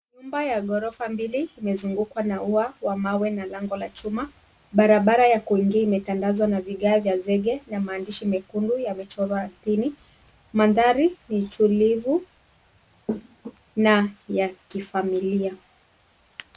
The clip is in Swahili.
Nyumba ya ghorofa mbili imezungukwa na ua wa mawe na lango la chuma . Barabara ya kuingia imetandazwa kwa vigae vya zege na maandishi mekundu yamechorwa ardhini. Mandhari ni tulivu na ya kifamilia.